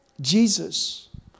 Jesus